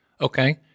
Okay